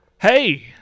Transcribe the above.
hey